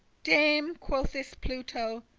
dame, quoth this pluto,